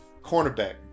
cornerback